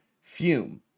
Fume